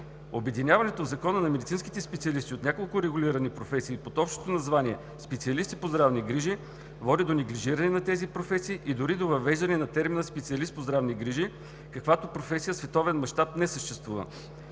Обединяването в Закона на медицинските специалисти от няколко регулирани професии под общото название „специалисти по здравни грижи“ води до неглижиране на тези професии, дори до въвеждане на термина „специалист по здравни грижи“, каквато професия в световен мащаб не съществува.